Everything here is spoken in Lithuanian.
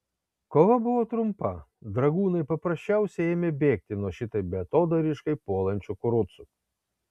kova buvo trumpa dragūnai paprasčiausiai ėmė bėgti nuo šitaip beatodairiškai puolančių kurucų